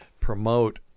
promote